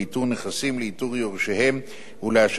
לאיתור יורשיהם ולהשבת הנכסים ליורשים.